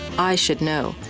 i should know.